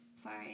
sorry